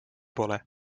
pole